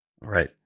Right